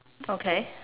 okay